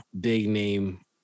big-name